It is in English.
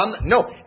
No